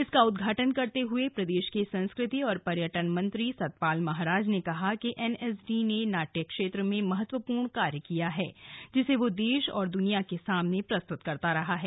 इसका उद्घाटन करते हुए प्रदेश के संस्कृति और पर्यटन मंत्री सतपाल महाराज ने कहा कि एनएसडी ने नाट्य क्षेत्र में महत्वपूर्ण कार्य किया है जिसे वह देश और दुनिया के सामने प्रस्तुत करता रहा है